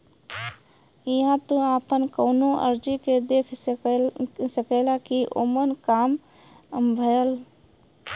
इहां तू आपन कउनो अर्जी के देख सकेला कि ओमन क काम भयल